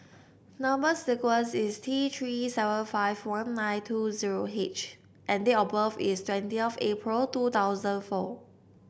number sequence is T Three seven five one nine two zero H and date of birth is twenty of April two thousand four